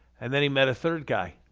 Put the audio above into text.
and then he met a third guy.